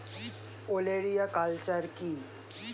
ওলেরিয়া কালচার কি?